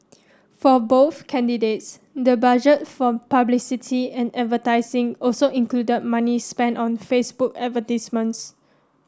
for both candidates the budget for publicity and advertising also included money spent on Facebook advertisements